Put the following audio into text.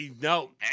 no